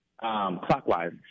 clockwise